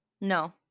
No